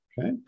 okay